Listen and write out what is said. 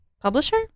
publisher